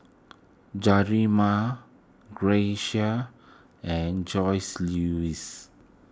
Jerimiah Grecia and Joseluis